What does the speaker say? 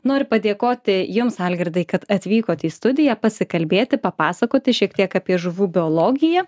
noriu padėkoti jums algirdai kad atvykot į studiją pasikalbėti papasakoti šiek tiek apie žuvų biologiją